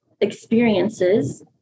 experiences